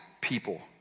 people